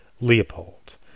Leopold